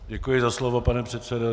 Děkuji za slovo, pane předsedo.